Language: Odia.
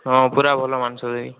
ହଁ ପୁରା ଭଲ ମାଂସ ଦେବି